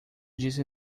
disse